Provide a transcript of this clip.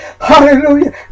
Hallelujah